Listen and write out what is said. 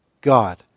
God